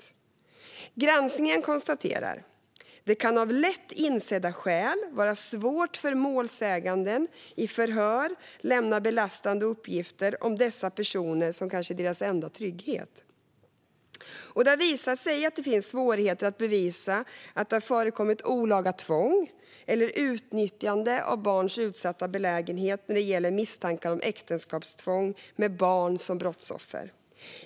I granskningen konstaterar man: Det kan av lätt insedda skäl vara svårt för målsäganden att i förhör lämna belastande uppgifter om dessa personer, som kanske är deras enda trygghet. Det har visat sig att det finns svårigheter att bevisa att det har förekommit olaga tvång eller utnyttjande av barns utsatta belägenhet när det gäller misstankar om äktenskapstvång med barn som brottsoffer.